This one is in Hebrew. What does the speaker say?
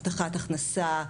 הבטחת הכנסה,